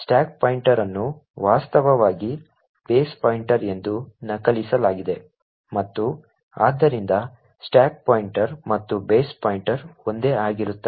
stock pointer ಅನ್ನು ವಾಸ್ತವವಾಗಿ base pointer ಎಂದು ನಕಲಿಸಲಾಗಿದೆ ಮತ್ತು ಆದ್ದರಿಂದ ಸ್ಟಾಕ್ ಪಾಯಿಂಟರ್ ಮತ್ತು ಬೇಸ್ ಪಾಯಿಂಟರ್ ಒಂದೇ ಆಗಿರುತ್ತವೆ